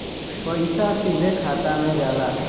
पइसा सीधे खाता में जाला